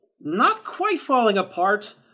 not-quite-falling-apart